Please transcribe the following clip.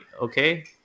okay